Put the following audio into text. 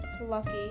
Lucky